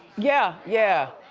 yeah, yeah.